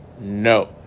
No